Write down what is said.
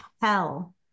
hell